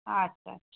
আচ্ছা আচ্ছা